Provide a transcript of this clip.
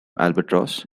albatross